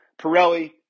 Pirelli